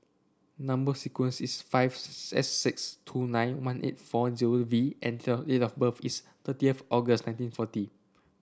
number sequence is five S six two nine one eight four zero V and the date of birth is thirtieth August nineteen forty